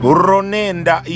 ronenda